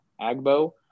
Agbo